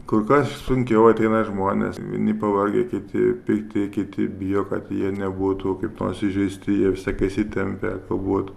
kur kas sunkiau ateina žmonės vieni pavargę kiti pikti kiti bijo kad jie nebūtų kaip nors įžeisti jie visąlaiką įsitempia pabuvot